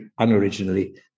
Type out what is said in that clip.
unoriginally